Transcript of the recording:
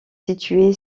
située